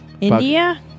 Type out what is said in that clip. India